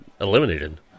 eliminated